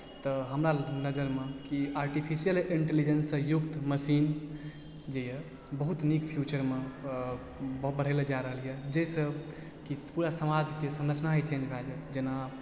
तऽ हमरा नजर मे की आर्टिफिशियल इंटेलिजेंससँ युक्त मशीन जे यऽ बहुत नीक फ्यूचरमे बढ़ै लए जा रहल यऽ जाहिसँ कि पूरा समाजके संरचना ही चेन्ज भए जायत जेना